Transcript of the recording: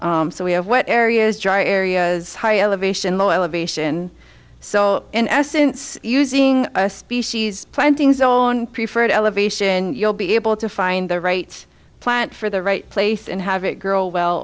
so we have what areas dry areas high elevation low of ation so in essence using species plantings on preferred elevation you'll be able to find the right plant for the right place and have it girl well